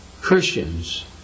Christians